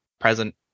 present